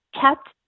kept